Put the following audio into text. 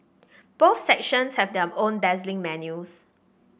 both sections have their own dazzling menus